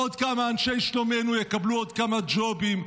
עוד כמה אנשי שלומינו יקבלו עוד כמה ג'ובים,